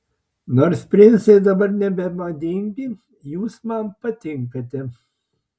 nors princai dabar nebemadingi jūs man patinkate